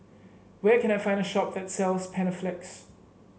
where can I find a shop that sells Panaflex